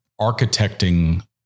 architecting